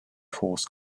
horse